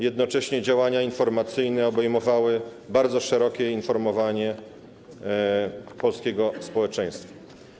Jednocześnie działania informacyjne obejmowały bardzo szerokie informowanie polskiego społeczeństwa.